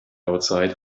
outside